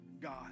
god